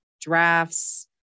drafts